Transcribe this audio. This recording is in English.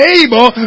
able